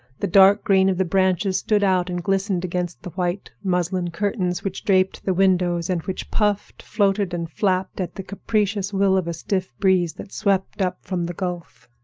the dark green of the branches stood out and glistened against the white muslin curtains which draped the windows, and which puffed, floated, and flapped at the capricious will of a stiff breeze that swept up from the gulf.